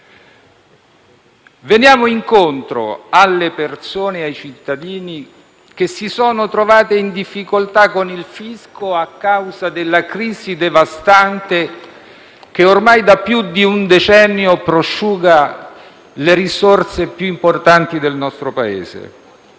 Veniamo incontro alle persone e ai cittadini che si sono trovati in difficoltà con il fisco a causa della crisi devastante che ormai da più di un decennio prosciuga le risorse più importanti del nostro Paese.